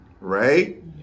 right